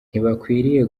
ntibakwiriye